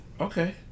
Okay